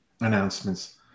announcements